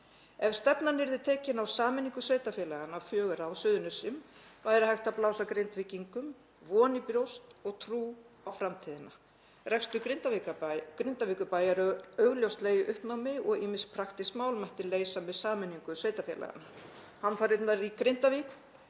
Ef stefnan yrði tekin á sameiningu sveitarfélaganna fjögurra á Suðurnesjum væri hægt að blása Grindvíkingum von í brjóst og trú á framtíðina. Rekstur Grindavíkurbæjar eru augljóslega í uppnámi og ýmis praktísk mál mætti leysa með sameiningu sveitarfélaganna. Hamfarirnar í Grindavík